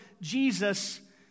Jesus